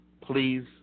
please